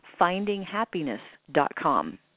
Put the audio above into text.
FindingHappiness.com